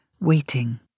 waiting